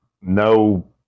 no